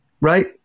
Right